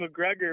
McGregor